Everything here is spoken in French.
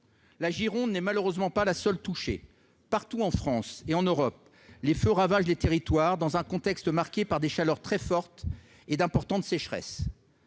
La Gironde n'est malheureusement pas la seule touchée. Partout en France et en Europe, les feux ravagent les territoires, dans un contexte marqué par des chaleurs très fortes et d'importantes sécheresses.